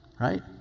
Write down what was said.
Right